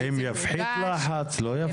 האם יפחית לחץ או לא יפחית?